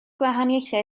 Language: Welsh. gwahaniaethau